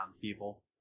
people